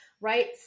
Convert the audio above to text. right